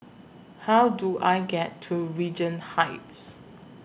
How Do I get to Regent Heights